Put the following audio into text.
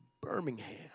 Birmingham